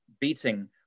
beating